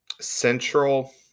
central